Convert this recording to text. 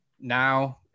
now